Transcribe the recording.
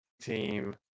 team